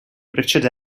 richard